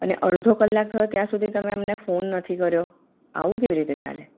અને અડધો કલાક થયો ત્યાં સુધી તમે અમને ફોન નથી કર્યો આવું કેવી રીતે ચાલે